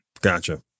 Gotcha